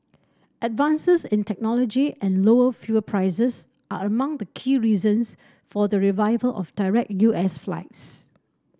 advances in technology and lower fuel prices are among the key reasons for the revival of direct U S flights